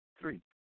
three